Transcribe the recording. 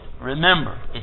Remember